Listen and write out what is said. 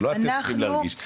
זה לא אתם צריכים להרגיש.